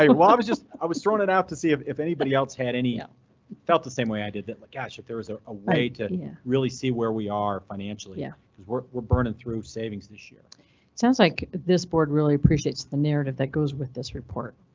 i was i was just i was thrown it out to see if if anybody else had any felt the same way i did that like gosh if there was a ah way to yeah really see where we are financially yeah cause we're we're burning through savings this year sounds like this board really appreciates the narrative that goes with this report.